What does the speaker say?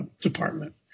department